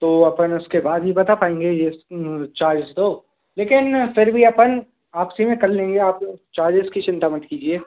तो अपन उसके बाद ही बता पाएँगे ये चार्ज तो लेकिन फिर भी अपन आपसी में कर लेंगे आप चार्जेस की चिंता मत कीजिए